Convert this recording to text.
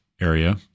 area